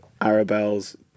arabelle's